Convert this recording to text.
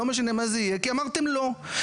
לא משנה מה שיהיה כי אמרתם לא,